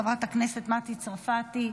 חברת הכנסת מטי צרפתי,